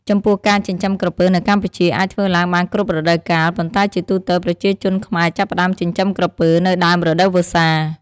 ចំពោះការចិញ្ចឹមក្រពើនៅកម្ពុជាអាចធ្វើឡើងបានគ្រប់រដូវកាល ប៉ុន្តែជាទូទៅ ប្រជាជនខ្មែរចាប់ផ្ដើមចិញ្ចឹមក្រពើនៅ ដើមរដូវវស្សា។